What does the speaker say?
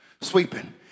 sweeping